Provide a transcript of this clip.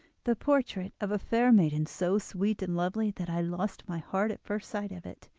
the portrait of a fair maiden so sweet and lovely that i lost my heart at first sight of it,